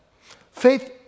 faith